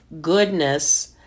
goodness